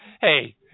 Hey